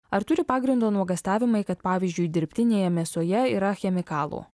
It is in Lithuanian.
ar turi pagrindo nuogąstavimai kad pavyzdžiui dirbtinėje mėsoje yra chemikalų